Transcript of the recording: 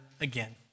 again